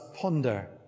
ponder